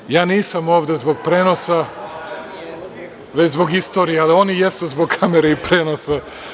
Dakle, ja nisam ovde zbog prenosa, već zbog istorije, ali oni jesu zbog kamere i prenosa.